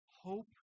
Hope